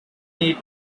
need